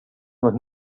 noch